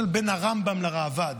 למשל בין הרמב"ם לראב"ד.